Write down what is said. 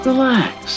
Relax